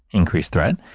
increased threat.